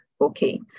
Okay